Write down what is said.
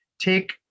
take